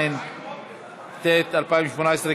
התשע"ט 2018,